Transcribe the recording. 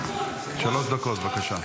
שלוש דקות, בבקשה.